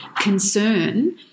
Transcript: concern